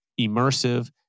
immersive